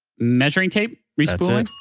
measuring tape re-spooling?